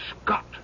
Scott